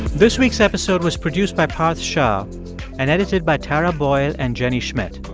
this week's episode was produced by parth shah and edited by tara boyle and jenny schmidt.